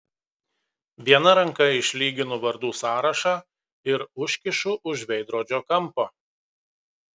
viena ranka išlyginu vardų sąrašą ir užkišu už veidrodžio kampo